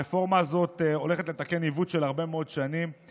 הרפורמה הזאת הולכת לתקן עיוות של הרבה מאוד שנים,